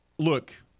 Look